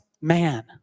man